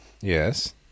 Yes